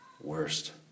worst